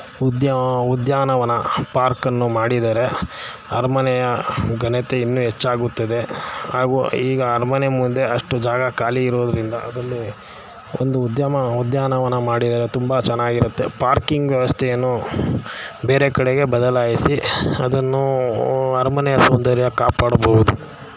ಉದ್ಯಾ ಉದ್ಯಾನವನ ಪಾರ್ಕನ್ನು ಮಾಡಿದರೆ ಅರಮನೆಯ ಘನತೆ ಇನ್ನೂ ಹೆಚ್ಚಾಗುತ್ತದೆ ಹಾಗೂ ಈಗ ಅರಮನೆ ಮುಂದೆ ಅಷ್ಟು ಜಾಗ ಖಾಲಿ ಇರೋದರಿಂದ ಅದನ್ನೇ ಒಂದು ಉದ್ಯಮ ಉದ್ಯಾನವನ ಮಾಡಿದರೆ ತುಂಬ ಚೆನ್ನಾಗಿರುತ್ತೆ ಪಾರ್ಕಿಂಗ್ ವ್ಯವಸ್ಥೇನು ಬೇರೆ ಕಡೆಗೆ ಬದಲಾಯಿಸಿ ಅದನ್ನೂ ಅರಮನೆಯ ಸೌಂದರ್ಯ ಕಾಪಾಡ್ಬೌದು